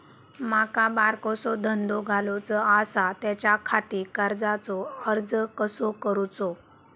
माका बारकोसो धंदो घालुचो आसा त्याच्याखाती कर्जाचो अर्ज कसो करूचो?